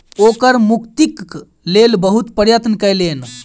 ओ कर मुक्तिक लेल बहुत प्रयत्न कयलैन